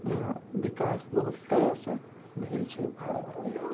विकास बहुत तरहसँ भेलछै भारतमे